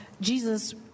Jesus